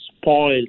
spoiled